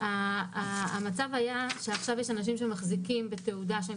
המצב היה שעכשיו יש אנשים שמחזיקים בתעודה שהם